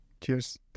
Cheers